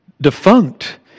defunct